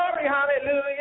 hallelujah